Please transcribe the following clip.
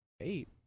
Eight